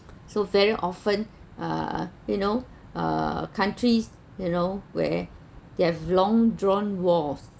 so very often uh you know uh countries you know where they have long drawn walls